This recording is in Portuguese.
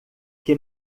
que